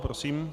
Prosím.